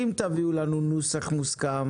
אם תביאו לנו נוסח מוסכם